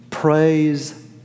Praise